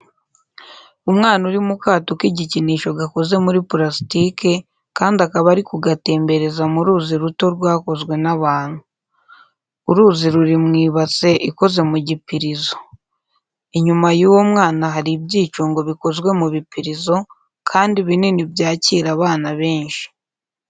Umwana uri mu kato kigikinisho gakoze muri plastike kandi akaba ari kugatembereza mu ruzi ruto rwakozwe nabantu. Uruzi ruri mu ibase ikoze mu gipirizo. Inyuma y'uwo mwana hari ibyicungo bikozwe mu bipirizo kandi binini byakira bana benshi.